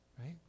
right